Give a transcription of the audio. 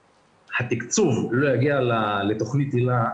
שהתקצוב לא יגיע לתכנית היל"ה.